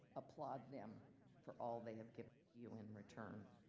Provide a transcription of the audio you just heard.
applaud them for all they have given you in return.